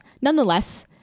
nonetheless